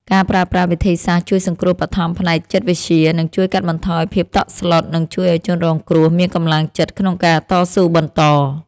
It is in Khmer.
ការប្រើប្រាស់វិធីសាស្ត្រជួយសង្គ្រោះបឋមផ្នែកចិត្តវិទ្យានឹងជួយកាត់បន្ថយភាពតក់ស្លុត និងជួយឱ្យជនរងគ្រោះមានកម្លាំងចិត្តក្នុងការតស៊ូបន្ត។